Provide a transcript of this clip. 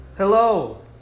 Hello